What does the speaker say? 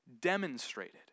demonstrated